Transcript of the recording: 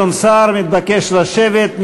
סער מתבקש לשבת,